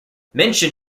mention